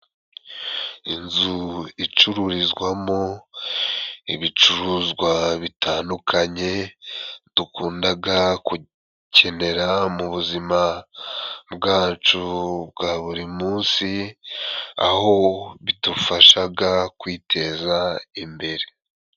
Inzu icururizwamo ibicuruzwa bitandukanye dukundaga gukenera mu buzima bwacu bwa buri musi, aho bidufashaga kwiteza imbere.